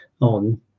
on